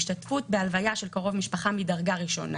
השתתפות בהלוויה של קרוב משפחה מדרגה ראשונה,